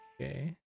Okay